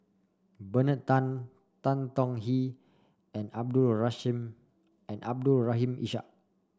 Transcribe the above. Bernard Tan Tan Tong Hye and Abdul Abdul Rahim Ishak